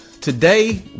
Today